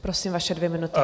Prosím, vaše dvě minuty.